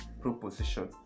proposition